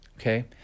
Okay